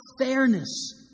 fairness